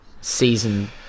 season